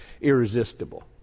irresistible